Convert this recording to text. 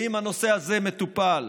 האם הנושא הזה מטופל?